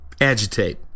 agitate